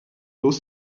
though